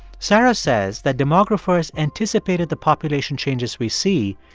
sarah says that demographers anticipated the population changes we see,